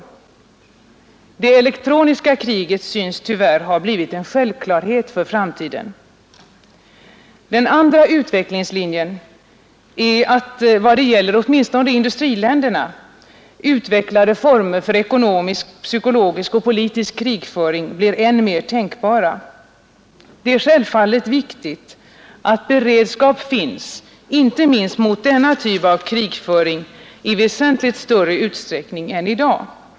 — Det elektroniska kriget synes tyvärr ha blivit en självklarhet för framtiden. Den andra utvecklingslinjen är, åtminstone i vad gäller industriländerna, att utvecklade former för ekonomisk, psykologisk och politisk krigföring blir än mer tänkbara. Det är självfallet viktigt att beredskap finns — inte minst mot denna typ av krigföring — i väsentligt större utsträckning än i dag.